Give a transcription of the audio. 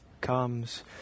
comes